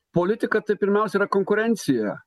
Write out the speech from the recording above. politika tai pirmiausia yra konkurencija